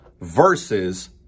versus